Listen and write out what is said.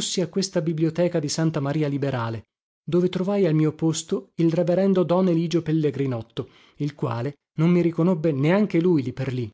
si a questa biblioteca di santa maria liberale dove trovai al mio posto il reverendo amico don eligio pellegrinotto il quale non mi riconobbe neanche lui lì per lì